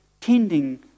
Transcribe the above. tending